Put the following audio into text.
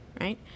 right